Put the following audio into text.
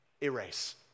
erase